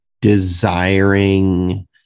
desiring